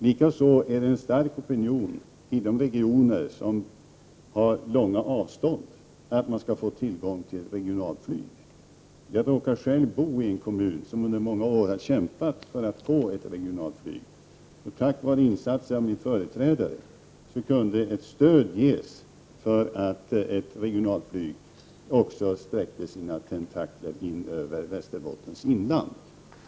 Likaså finns det en stark opinion i de regioner där avstånden är stora för att man skall få tillgång till regionalflyg. Jag råkar själv bo i en kommun där man under många år har kämpat för att få ett regionalflyg. Tack vare min företrädares insatser kunde stöd ges för ett regionalflyg som sträcker sina tentakler in i Västerbottens inland.